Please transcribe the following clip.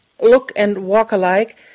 look-and-walk-alike